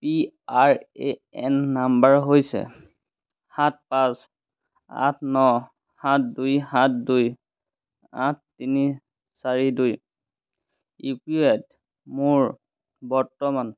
P R A N number হৈছে সাত পাঁচ আঠ ন সাত দুই সাত দুই আঠ তিনি চাৰি দুই ইউ পি ৱাইত মোৰ বৰ্তমান